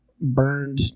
burned